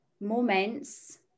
moments